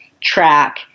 track